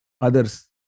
others